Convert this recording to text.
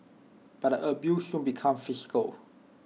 but the abuse soon became physical